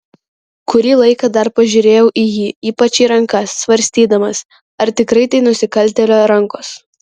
kurį laiką dar pažiūrėjau į jį ypač į rankas svarstydamas ar tikrai tai nusikaltėlio rankos